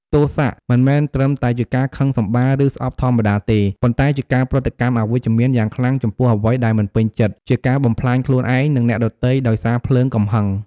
ទោសៈ មិនមែនត្រឹមតែការខឹងសម្បារ ឬស្អប់ធម្មតាទេ ប៉ុន្តែជាការប្រតិកម្មអវិជ្ជមានយ៉ាងខ្លាំងចំពោះអ្វីដែលមិនពេញចិត្ត ជាការបំផ្លាញខ្លួនឯង និងអ្នកដទៃដោយសារភ្លើងកំហឹង។